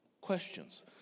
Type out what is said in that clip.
questions